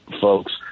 folks